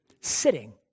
Sitting